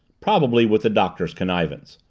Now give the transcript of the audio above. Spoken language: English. probably with the doctor's connivance.